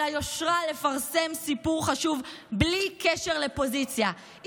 היושרה לפרסם סיפור חשוב בלי קשר לפוזיציה,